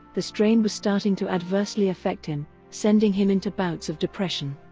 the strain was starting to adversely affect him, sending him into bouts of depression.